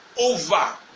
Over